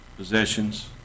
Possessions